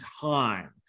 time